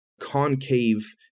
concave